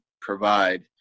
provide